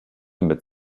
mit